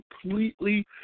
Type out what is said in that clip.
completely